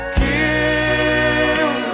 kill